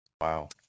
Wow